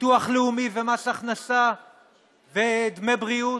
ביטוח לאומי ומס הכנסה ודמי בריאות,